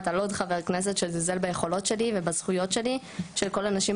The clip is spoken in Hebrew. בסדר שיתנו לבתי הדין סמכויות דיון נוספות,